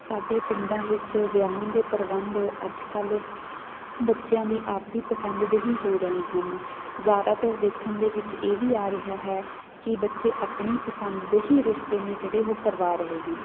ਸਾਡੇ ਪਿੰਡਾਂ ਵਿੱਚ ਵਿਆਹਾਂ ਦੇ ਪ੍ਰਬੰਧ ਅੱਜ ਕੱਲ੍ਹ ਬੱਚਿਆਂ ਦੀ ਆਪਦੀ ਪਸੰਦ ਦੇ ਹੀ ਹੋ ਰਹੇ ਹਨ ਜ਼ਿਆਦਾਤਰ ਦੇਖਣ ਦੇ ਵਿੱਚ ਇਹ ਵੀ ਆ ਰਿਹਾ ਹੈ ਕਿ ਬੱਚੇ ਆਪਣੀ ਪਸੰਦ ਦੇ ਹੀ ਰਿਸ਼ਤੇ ਨੇ ਜਿਹੜੇ ਉਹ ਕਰਵਾ ਰਹੇ ਹਨ